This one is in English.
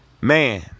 Man